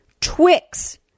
Twix